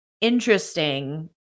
interesting